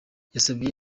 yasabiye